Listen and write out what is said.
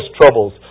troubles